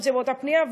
אם זה באותה פנייה,